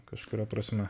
kažkuria prasme